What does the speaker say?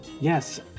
Yes